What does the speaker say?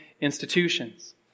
institutions